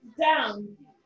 down